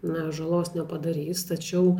na žalos nepadarys tačiau